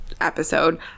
episode